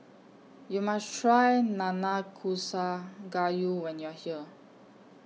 YOU must Try Nanakusa Gayu when YOU Are here